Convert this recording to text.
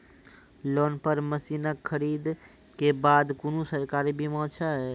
Loan पर मसीनऽक खरीद के बाद कुनू सरकारी बीमा छै?